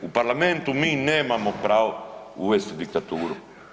U parlamentu mi nemamo pravo uvesti diktaturu.